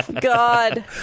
God